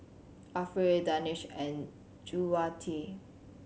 Afiq Danish and Juwita